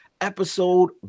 episode